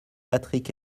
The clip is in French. patrick